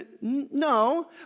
No